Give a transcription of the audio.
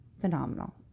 phenomenal